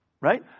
right